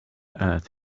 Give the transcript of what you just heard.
earth